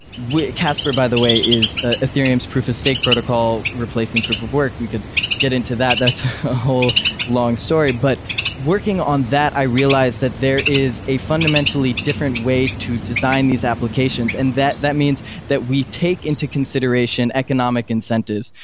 casper, by the way, is ah ethereum's proof of stake protocol replacing proof of work. we could get into that. that's a whole long story. but working on that, i realized that there is a fundamentally different way to design these applications and that that means that we take into consideration economic incentives.